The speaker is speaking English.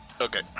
Okay